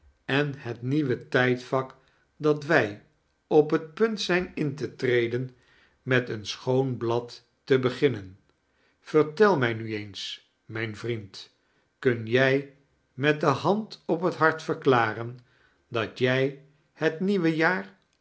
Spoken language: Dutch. en het nieuwe tijdvak dat wij op het punt zijn in te treden met een schoon blad te beginnen vertel mij nu eens mijn vriend kun jij met de hand op het liart verklaren dat jij het nieuwe jaar